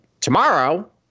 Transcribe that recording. tomorrow